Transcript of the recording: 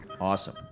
Awesome